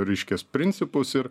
reiškias principus ir